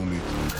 חטופים ונעדרים (תיקון מס' 2)